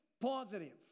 positive